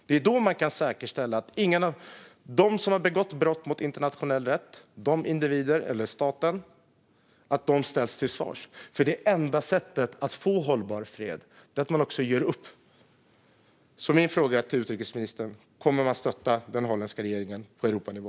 Det är då man kan säkerställa att de som har begått brott mot internationell rätt - individer eller staten - ställs till svars. Det enda sättet att få en hållbar fred är att man också gör upp. Min fråga till utrikesministern är alltså: Kommer man att stötta den holländska regeringen på Europanivå?